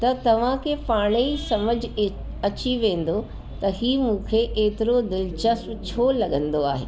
त तव्हांखे पाणे ई सम्झ इए अची वेंदो त इहो मूंखे एतिरो दिलिचस्प छो लॻंदो आहे